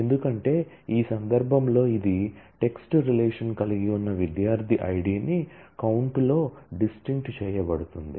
ఎందుకంటే ఈ సందర్భంలో ఇది టెక్స్ట్ రిలేషన్ కలిగి ఉన్న విద్యార్థి ఐడి ని కౌంట్ లో డిస్టింక్ట్ చేయబడుతుంది